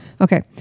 Okay